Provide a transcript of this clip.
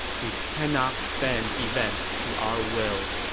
we cannot bend events to our will.